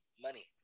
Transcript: money